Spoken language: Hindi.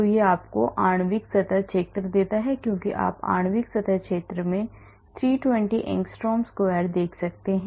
तो यह आपको आणविक सतह क्षेत्र देता है क्योंकि आप आणविक सतह क्षेत्र में 320 Armstrong square देख सकते हैं